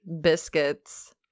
biscuits